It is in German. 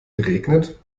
geregnet